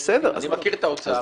אני מכיר את האוצר,